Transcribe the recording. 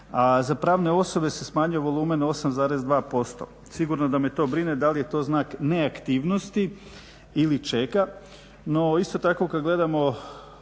za pravne osobe se smanjio volumen 8,2%. Sigurno da me to brine da li je to znak neaktivnosti ili čega?